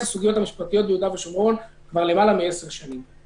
הסוגיות המשפטיות ביהודה ושומרון כבר למעלה מ-10 שנים.